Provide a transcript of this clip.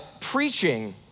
preaching